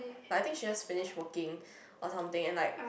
like I think she just finished working or something and like